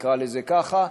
נקרא לזה ככה,